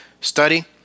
study